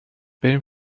بریم